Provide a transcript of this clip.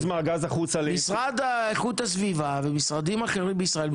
משרד איכות הסביבה ומשרדים אחרים בישראל,